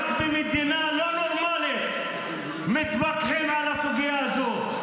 רק במדינה לא נורמלית מתווכחים על הסוגיה הזאת.